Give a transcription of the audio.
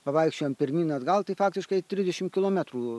pavaikščiojo pirmyn atgal tai faktiškai trisdešimt kilometrų